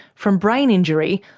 from brain injury,